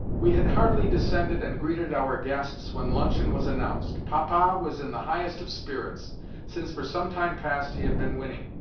we had hardly descended and greeted our guests when luncheon was announced. papa was in the highest of spirits since for some time past he had been winning.